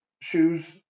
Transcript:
shoes